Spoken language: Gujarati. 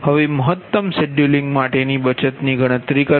હવે મહત્તમ શેડ્યૂલિંગ માટેની બચતની ગણતરી કરો